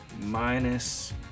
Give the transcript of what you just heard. minus